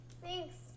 Thanks